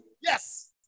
Yes